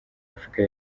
afurika